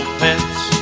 pets